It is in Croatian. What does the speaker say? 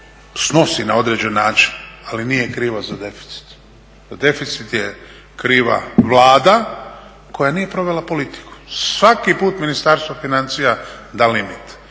snosi na određen način, ali nije kriva za deficit. Za deficit je kriva Vlada koja nije provela politiku. Svaki put Ministarstvo financija da limit